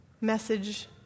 Message